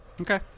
Okay